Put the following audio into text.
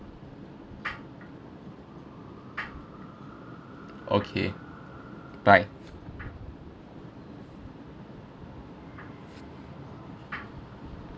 okay bye